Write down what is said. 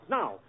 now